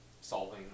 solving